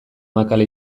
makala